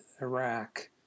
Iraq